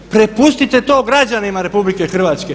Prepustite to građanima RH.